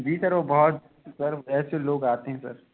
जी sir वो बहुत sir ऐसे लोग आते हैं सर